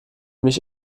mich